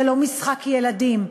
זה לא משחק ילדים.